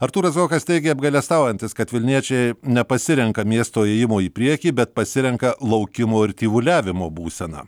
artūras zuokas teigė apgailestaujantis kad vilniečiai nepasirenka miesto ėjimo į priekį bet pasirenka laukimo ir tyvuliavimo būseną